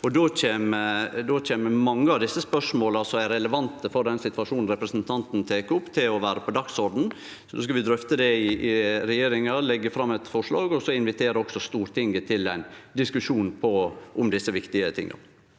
Då kjem mange av dei spørsmåla som er relevante for den situasjonen representanten tek opp, til å vere på dagsordenen. Vi skal drøfte det i regjeringa og leggje fram eit forslag og så invitere Stortinget til ein diskusjon om desse viktige tinga.